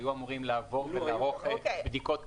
היו אמורים לעבור ולערוך בדיקות פיקוח,